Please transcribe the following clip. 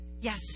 Yes